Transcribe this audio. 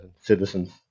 citizens